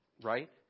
right